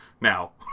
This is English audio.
now